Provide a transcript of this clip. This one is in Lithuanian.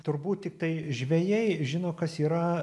turbūt tiktai žvejai žino kas yra